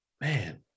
man